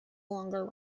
longer